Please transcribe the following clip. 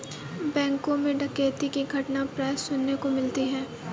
बैंकों मैं डकैती की घटना प्राय सुनने को मिलती है